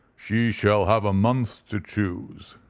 she shall have a month to choose,